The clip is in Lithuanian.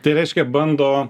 tai reiškia bando